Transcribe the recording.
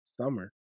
Summer